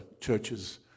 churches